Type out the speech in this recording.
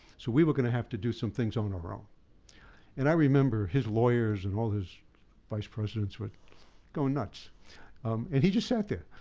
so we were gonna have to do some things on our own. and i remember his lawyers and all his vice presidents would go nuts and he just sat there.